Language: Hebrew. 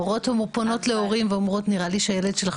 מורות פונות להורים ואומרות על זה שהילד לא